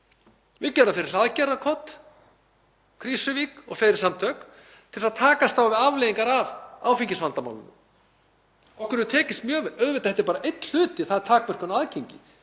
Við gerðum það fyrir Hlaðgerðarkot, Krýsuvík og fleiri samtök til að takast á við afleiðingar af áfengisvandamálinu. Okkur hefur tekist mjög vel — auðvitað, þetta er bara einn hluti, það er takmörkun á aðgengi.